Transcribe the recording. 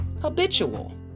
habitual